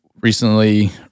recently